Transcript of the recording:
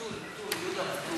מתון, מתון, יהודה.